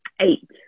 eight